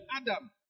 Adam